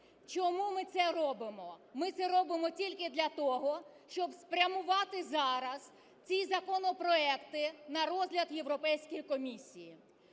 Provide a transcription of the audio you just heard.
Чому ми це робимо? Ми це робимо тільки для того, щоб спрямувати зараз ці законопроекти на розгляд Європейській комісії.